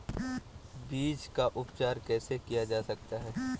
बीज का उपचार कैसे किया जा सकता है?